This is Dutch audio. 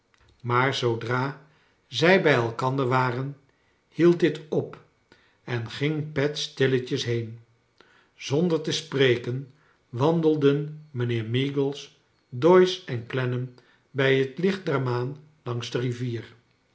maar zoodra zij bij elkander waren hield dit op en ging pet stilletjes heen zonder te spreken wandelden mijnheer meagles doyce en clennam bij het licht der maan langs de rivier